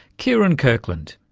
kieron kirkland.